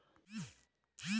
मोर loan ब्याज कतेक चलही?